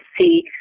see